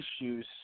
issues